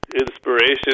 inspiration